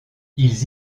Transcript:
ils